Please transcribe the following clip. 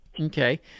Okay